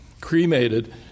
cremated